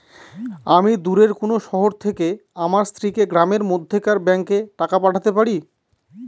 আমি দূরের কোনো শহর থেকে আমার স্ত্রীকে গ্রামের মধ্যেকার ব্যাংকে টাকা পাঠাতে পারি?